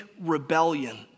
rebellion